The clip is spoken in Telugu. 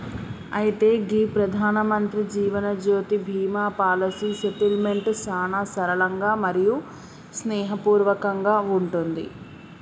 అయితే గీ ప్రధానమంత్రి జీవనజ్యోతి బీమా పాలసీ సెటిల్మెంట్ సానా సరళంగా మరియు స్నేహపూర్వకంగా ఉంటుంది